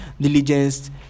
diligence